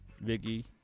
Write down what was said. Vicky